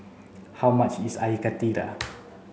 how much is air karthira